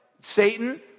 Satan